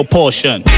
portion